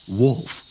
wolf